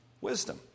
wisdom